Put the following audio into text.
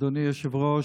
אדוני היושב-ראש,